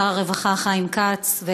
שר הרווחה חיים כץ,